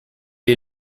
est